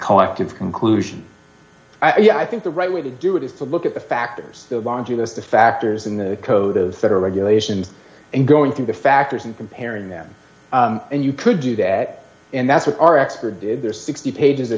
collective conclusion i think the right way to do it is to look at the factors the laundry list of factors in the code of federal regulation and going through the factors and comparing them and you could do that and that's what our expert did there sixty pages o